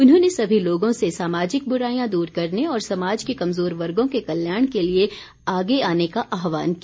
उन्होंने सभी लोगों से सामाजिक बुराईयां दूर करने और समाज के कमजोर वर्गों के कल्याण के लिए आगे आने का आहवान किया